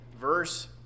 verse